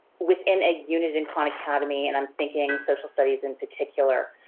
within a unit in khan academy. and i'm thinking social studies in particular.